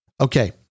Okay